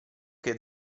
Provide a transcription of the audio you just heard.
che